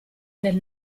del